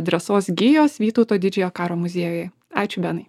drąsos gijos vytauto didžiojo karo muziejuje ačiū benai